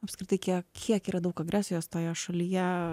apskritai kiek kiek yra daug agresijos toje šalyje